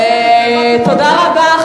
תודה רבה.